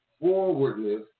forwardness